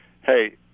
hey